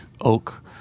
oak